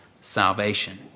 salvation